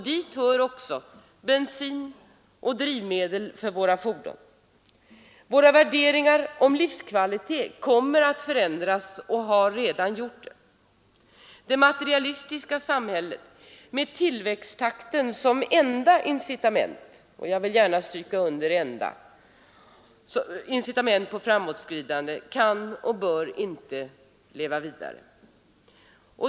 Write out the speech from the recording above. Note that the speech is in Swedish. Dit hör också bensin och drivmedel för våra fordon. Våra värderingar av livskvalitet kommer att förändras och har redan gjort det. Det materialistiska samhället med tillväxttakten som enda kriterium på framåtskridande kan och bör inte leva vidare.